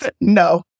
No